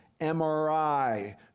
MRI